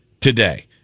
today